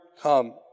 come